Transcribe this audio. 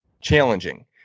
challenging